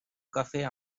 cafè